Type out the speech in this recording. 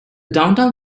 downtown